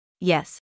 Yes